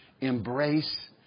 Embrace